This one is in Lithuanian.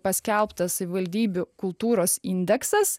paskelbtas savivaldybių kultūros indeksas